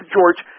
George